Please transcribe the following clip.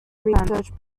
research